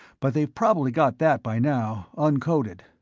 but they've probably got that by now, uncoded.